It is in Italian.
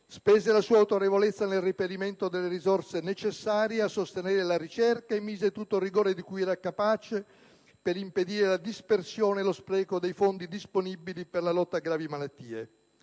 spese la sua autorevolezza nel reperimento delle risorse necessarie a sostenere la ricerca e mise tutto il rigore di cui era capace per impedire la dispersione e lo spreco dei fondi disponibili per la lotta a gravi malattie.